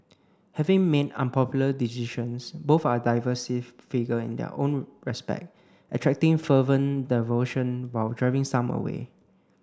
having made unpopular decisions both are divisive figure in their own respect attracting fervent devotion while driving some away